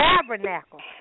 Tabernacle